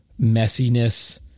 messiness